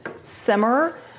simmer